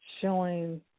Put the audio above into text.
showing